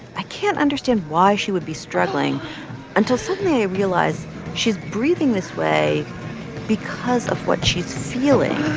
i can't understand why she would be struggling until suddenly i realize she's breathing this way because of what she's feeling.